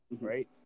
right